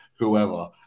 Whoever